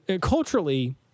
Culturally